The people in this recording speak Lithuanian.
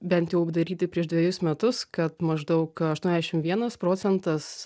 bent jau daryti prieš dvejus metus kad maždaug aštuoniasdešim vienas procentas